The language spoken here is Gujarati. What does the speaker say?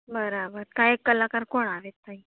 બરાબર ગાયક કલાકાર કોણ આવે